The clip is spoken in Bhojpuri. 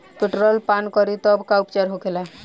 पेट्रोल पान करी तब का उपचार होखेला?